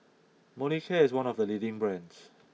Molicare is one of the leading brands